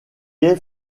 est